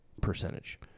percentage